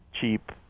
cheap